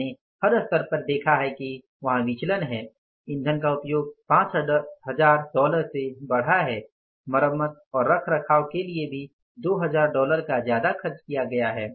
हमने हर स्तर पर देखा है कि वहाँ विचलन है ईंधन का उपयोग 5000 डॉलर से बाधा है मरम्मत और रखरखाव के लिए भी 2000 डॉलर का ज्यादा खर्च किया गया है